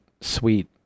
sweet